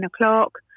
o'clock